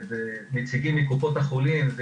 ונציגים מקופות החולים,